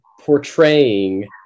portraying